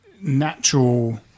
natural